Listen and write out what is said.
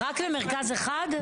רק למרכז אחד?